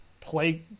play